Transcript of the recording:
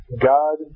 God